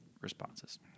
responses